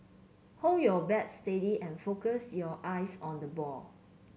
hold your bat steady and focus your eyes on the ball